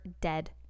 dead